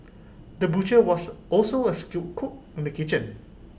the butcher was also A skilled cook in the kitchen